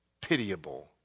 pitiable